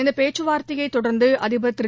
இந்த பேச்சுவார்த்தையை தொடர்ந்து அதிபர் திரு